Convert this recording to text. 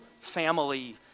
family